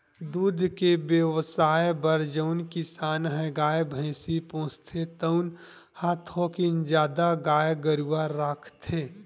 दूद के बेवसाय बर जउन किसान ह गाय, भइसी पोसथे तउन ह थोकिन जादा गाय गरूवा राखथे